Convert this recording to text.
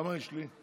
כמה יש לי?